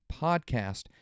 podcast